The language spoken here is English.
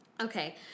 Okay